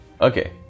Okay